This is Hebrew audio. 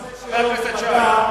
אדוני היושב-ראש, חבר הכנסת שי רוצה,